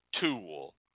tool